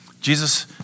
Jesus